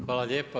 Hvala lijepa.